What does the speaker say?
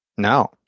No